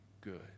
good